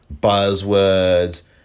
Buzzwords